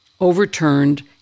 overturned